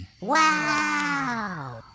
Wow